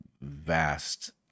vast